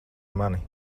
mani